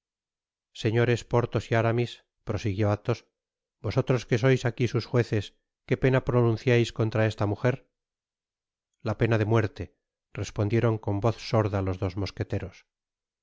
señores porthos y aramis prosiguió athos vosotros que sois aqui sus jueces qué pena pronunciais contra esta mujer la pena de muerte respondieron con voz sorda los dos mosqueteros